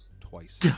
twice